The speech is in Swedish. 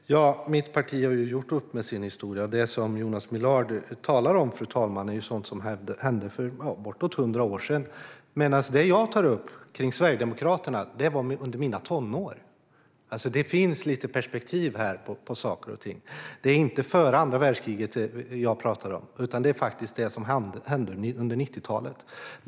Fru talman! Mitt parti har gjort upp med sin historia. Det som Jonas Millard talar om är sådant som hände för bortåt 100 år sedan, medan det som jag tar upp om Sverigedemokraterna hände under mina tonår. Det finns alltså lite perspektiv på saker och ting här. Jag talar inte om det som hände före andra världskriget, utan jag talar om det som faktiskt hände på 1990-talet.